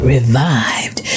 Revived